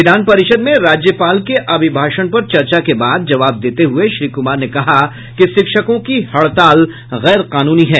विधान परिषद में राज्यपाल के अभिभाषण पर चर्चा के बाद जवाब देते हुए श्री कुमार ने कहा कि शिक्षकों की हड़ताल गैर कानूनी है